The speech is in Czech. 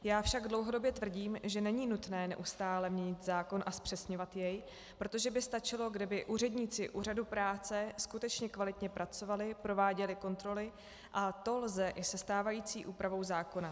Já však dlouhodobě tvrdím, že není nutné neustále měnit zákon a zpřesňovat jej, protože by stačilo, kdyby úředníci úřadů práce skutečně kvalitně pracovali, prováděli kontroly, a to lze i se stávající úpravou zákona.